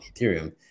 Ethereum